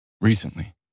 Recently